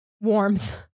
warmth